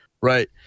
right